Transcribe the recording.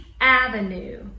avenue